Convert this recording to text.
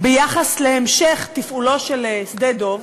ביחס להמשך תפעולו של שדה-דב,